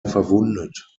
verwundet